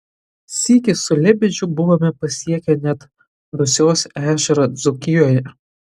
sykį su lebedžiu buvome pasiekę net dusios ežerą dzūkijoje